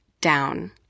down